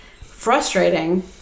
frustrating